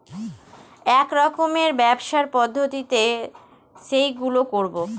এক রকমের ব্যবসার পদ্ধতি যেইগুলো করবো